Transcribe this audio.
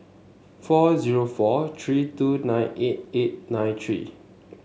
four zero four three two nine eight eight nine three